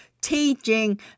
teaching